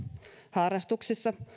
harrastuksissa